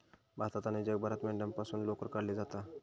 भारतात आणि जगभरात मेंढ्यांपासून लोकर काढली जाता